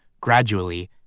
gradually